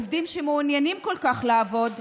עובדים שמעוניינים כל כך לעבוד,